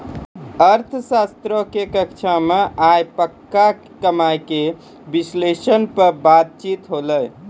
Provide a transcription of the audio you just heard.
अर्थशास्त्रो के कक्षा मे आइ पक्का कमाय के विश्लेषण पे बातचीत होलै